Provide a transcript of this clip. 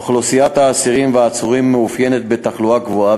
אוכלוסיית האסירים והעצורים מתאפיינת בתחלואה גבוהה